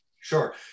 Sure